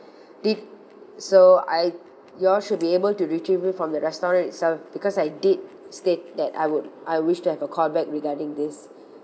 did so I you all should be able to retrieve it from the restaurant itself because I did state that I would I wish to have a call back regarding this